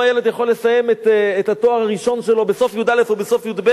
אם הילד יכול לסיים את התואר הראשון שלו בסוף י"א או בסוף י"ב,